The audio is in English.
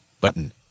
Button